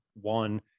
one